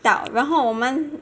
到然后我们